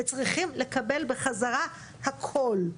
וצריכים לקבל בחזרה הכל.